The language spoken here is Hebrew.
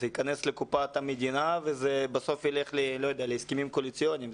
זה ייכנס לקופת המדינה ובסוף ילך להסכמים קואליציוניים.